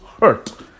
hurt